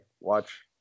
watch